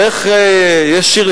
יש שיר,